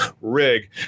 rig